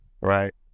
Right